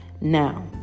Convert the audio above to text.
Now